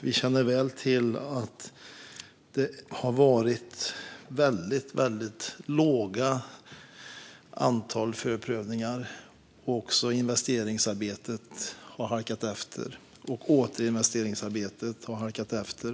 Vi känner väl till att det har varit väldigt få förprövningar, och också investeringsarbetet och återinvesteringsarbetet har halkat efter.